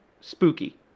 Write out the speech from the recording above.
spooky